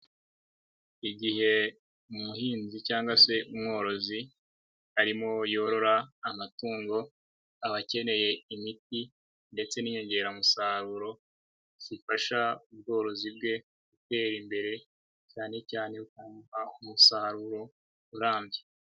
Igihe umuhinzi cyangwa se umworozi arimo yorora amatungo. Aba akeneye imiti ndetse n'inyongeramusaruro zifasha ubworozi bwe, gutera imbere cyane cyane akabona umusaruro urambye.